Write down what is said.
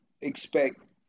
expect